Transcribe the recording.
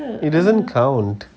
it doesn't count